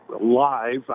live